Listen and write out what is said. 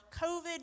COVID